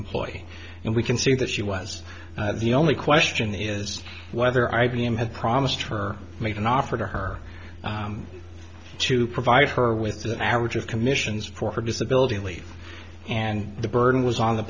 ploy and we can see that she was the only question is whether i b m had promised her made an offer to her to provide her with an average of commissions for her disability leave and the burden was on the